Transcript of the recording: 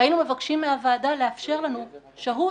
ולכן אנחנו מבקשים מהוועדה לאפשר לנו שהות